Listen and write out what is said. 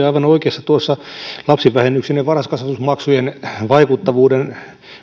aivan oikeassa tuossa lapsivähennyksen ja varhaiskasvatusmaksujen vaikuttavuuden